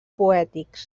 poètics